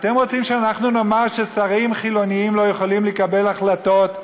אתם רוצים שנאמר ששרים חילונים לא יכולים לקבל החלטות,